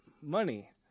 money